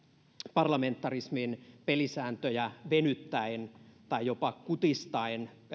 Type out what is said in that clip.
parlamentarismin pelisääntöjä venyttäen tai jopa kutistaen